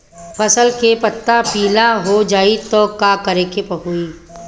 फसल के पत्ता पीला हो जाई त का करेके होई?